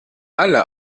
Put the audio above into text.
alle